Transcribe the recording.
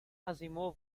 asimov